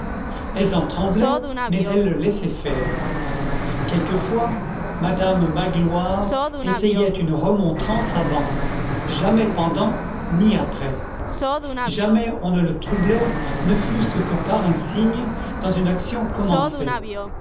elles en tremblaient mais elles le laissaient faire quelquefois madame magloire essayait une remontrance avant jamais pendant ni après jamais on ne le troublait ne fût-ce que par un signe dans une action commencée